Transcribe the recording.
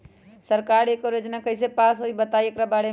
सरकार एकड़ योजना कईसे पास होई बताई एकर बारे मे?